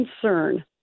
concern